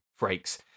Frakes